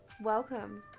welcome